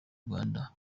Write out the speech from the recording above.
rwanda